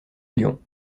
lyon